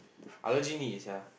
I legit need it sia